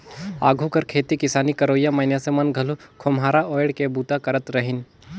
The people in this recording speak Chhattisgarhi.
आघु कर खेती किसानी करोइया मइनसे मन घलो खोम्हरा ओएढ़ के बूता करत रहिन